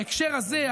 בהקשר הזה,